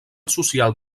social